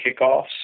kickoffs